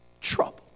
trouble